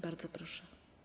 Bardzo proszę.